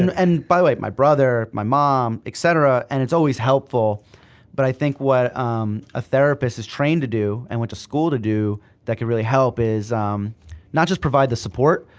and and by the way, my brother, my mom, etcetera, and it's always helpful but i think what a therapist is trained to do and went to school to do that could really help is not just provide the support,